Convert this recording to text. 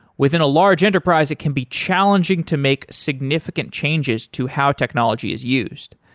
within a large enterprise, it can be challenging to make significant changes to how technology is used.